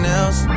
else